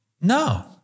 No